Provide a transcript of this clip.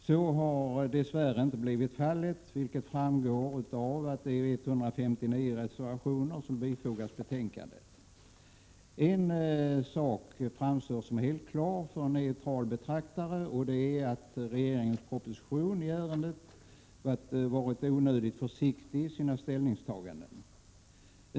Så har dess värre inte blivit fallet, vilket framgår av de 159 reservationer som fogats vid betänkandet. En sak framstår som helt klar för en neutral betraktare, och det är att regeringen varit onödigt försiktig i sina ställningstaganden i propositionen i ärendet.